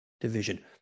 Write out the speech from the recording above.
division